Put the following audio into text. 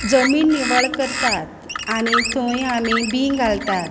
जमीन निवळ करतात आनी थंय आमी बीं घालतात